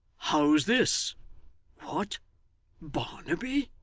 how's this what barnaby